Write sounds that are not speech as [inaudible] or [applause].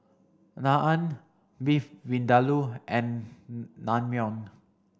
Naan Beef Vindaloo and [hesitation] Naengmyeon